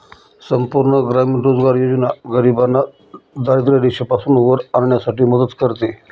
संपूर्ण ग्रामीण रोजगार योजना गरिबांना दारिद्ररेषेपासून वर आणण्यासाठी मदत करते